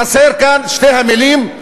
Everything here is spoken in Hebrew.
חסרות כאן המילים: